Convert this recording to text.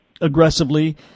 aggressively